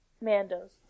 Mando's